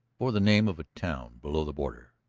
bore the name of a town below the border.